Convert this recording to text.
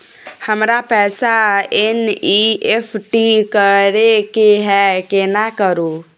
हमरा पैसा एन.ई.एफ.टी करे के है केना करू?